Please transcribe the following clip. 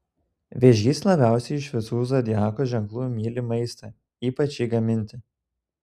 vėžys labiausiai iš visų zodiako ženklų myli maistą ypač jį gaminti